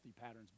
patterns